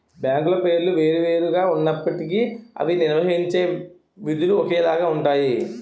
బ్యాంకుల పేర్లు వేరు వేరు గా ఉన్నప్పటికీ అవి నిర్వహించే విధులు ఒకేలాగా ఉంటాయి